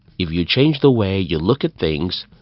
if you change the way you look at things,